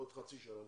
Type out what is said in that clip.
בעוד חצי שנה.